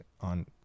on